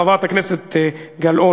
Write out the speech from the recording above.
חברת הכנסת גלאון,